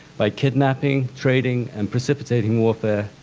by kidnapping, trading, and participating warfare,